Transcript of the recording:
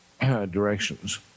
directions